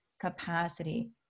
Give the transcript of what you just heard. capacity